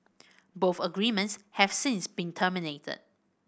both agreements have since been terminated